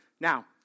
Now